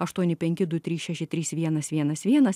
aštuoni penki du trys šeši trys vienas vienas vienas